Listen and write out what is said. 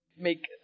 make